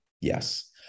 Yes